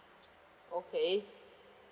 okay